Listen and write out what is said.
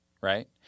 Right